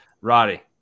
Roddy